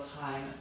time